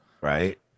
right